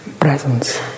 Presence